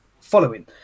following